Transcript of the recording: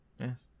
Yes